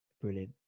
Brilliant